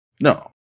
No